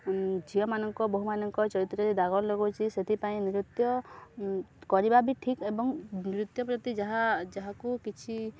ଝିଅମାନଙ୍କ ବହୁମାନଙ୍କ ଚରିତ୍ରରେ ଦାଗର ଲଗଉଚି ସେଥିପାଇଁ ନୃତ୍ୟ କରିବା ବି ଠିକ୍ ଏବଂ ନୃତ୍ୟ ପ୍ରତି ଯାହା ଯାହାକୁ କିଛି